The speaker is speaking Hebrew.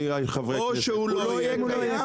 הוא לא יהיה קיים,